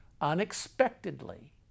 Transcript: unexpectedly